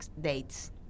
dates